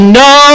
no